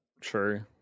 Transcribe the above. True